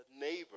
neighbor